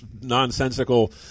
nonsensical